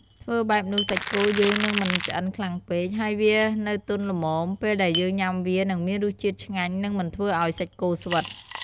ធ្វើបែបនោះសាច់គោយើងនឹងមិនឆ្អិនខ្លាំងពេក ហើយវានៅទន់ល្មមពេលដែលយើងញ៉ាំវានឹងមានរសជាតិឆ្ងាញ់និងមិនធ្វើអោយសាច់គោស្វិត។